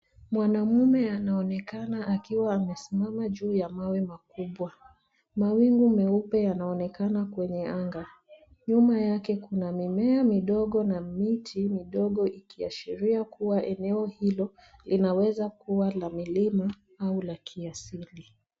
Mwanamume anaonekana akiwa amesimama juu ya mawe makubwa. Mawingu meupe yanaonekana kwenye anga. Nyuma yake kuna mimea midogo na miti midogo ikiashiria kuwa eneo hilo linaweza kuwa la milima au la kiasili.